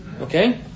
Okay